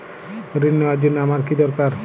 ঋণ নেওয়ার জন্য আমার কী দরকার?